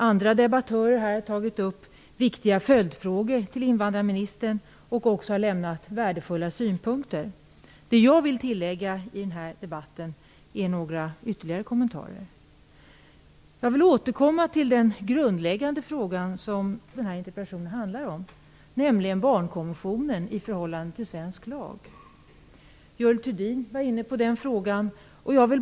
Andra debattörer har tagit upp viktiga följdfrågor till invandrarministern och har också lämnat värdefulla synpunkter. Jag vill i den här debatten göra några ytterligare kommentarer. Jag vill återkomma till den grundläggande fråga som den här interpellationen handlar om, nämligen barnkonventionen i förhållande till svensk lag. Görel Thurdin var inne på den frågan.